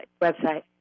website